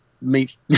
meets